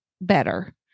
better